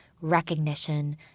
Recognition